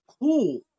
cool